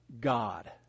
God